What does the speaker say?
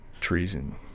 treason